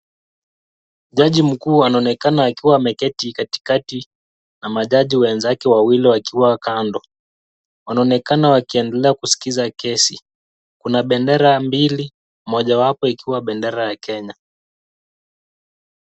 Jaji mkuu anaonekana akiwa ameketi katikati na majaji wenzake wawili wakiwa kando. Wanaonekana wakiendelea kuskiza kesi. Kuna bendera mbili mojawapo ikiwa bendera ya Kenya.